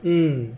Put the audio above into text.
mm